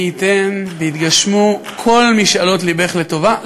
מי ייתן ויתגשמו כל משאלות לבך לטובה,